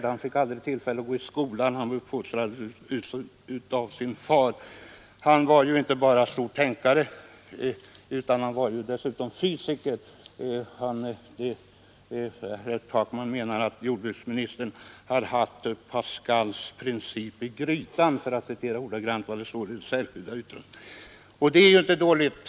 Han fick inte tillfälle att gå i skolan utan uppfostrades av sin far och blev bl.a. en framstående fysiker. Herr Takman skriver att jordbruksministern har haft ”Pascals princip i grytan”, och det är ju inte dåligt.